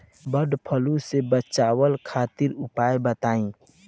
वड फ्लू से बचाव खातिर उपाय बताई?